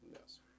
yes